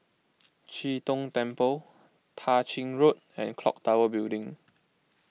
Chee Tong Temple Tah Ching Road and Clock Tower Building